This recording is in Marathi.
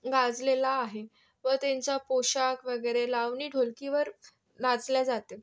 गाजलेला आहे व त्यांचा पोषाख वगैरे लावणी ढोलकीवर नाचल्या जाते